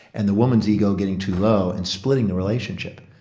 and the woman's ego getting too low, and splitting the relationship,